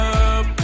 up